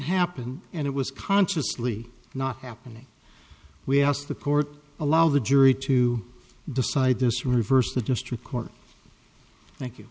happen and it was consciously not happening we asked the court allow the jury to decide this reversed the district court thank you